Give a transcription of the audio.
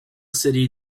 city